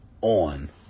on